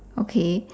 okay